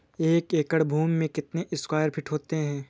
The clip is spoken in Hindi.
एक एकड़ भूमि में कितने स्क्वायर फिट होते हैं?